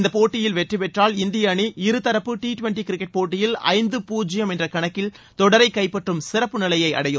இந்தப்போட்டியில் வெற்றி பெற்றால் இந்திய அணி இருதரப்பு டி டுவன்டி போட்டியில் ஐந்து பூஜ்யம் என்ற கணக்கில் தொடரை கைப்பற்றும் சிறப்பு நிலையை அடையும்